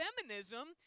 feminism